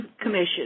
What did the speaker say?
Commission